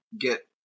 get